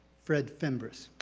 fred fimbres.